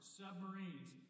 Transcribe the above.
submarines